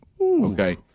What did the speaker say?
Okay